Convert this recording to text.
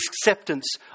acceptance